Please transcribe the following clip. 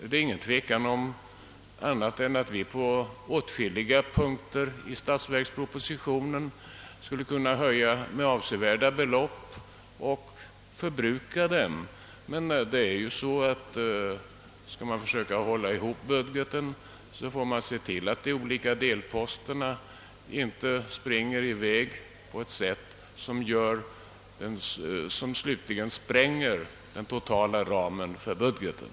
Det är inte någon tvekan om att vi på åtskilliga punkter i statsverkspropositionen skulie kunna höja med avsevärda belopp och förbruka dem, men det är ju så att skall man försöka hålla ihop budgeten, får man se till att de olika delposterna inte springer i väg på ett sätt som slutligen spränger den totala ramen för budgeten.